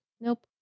Nope